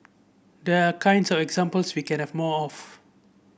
these are kinds of examples we can have more of